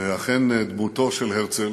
ואכן, דמותו של הרצל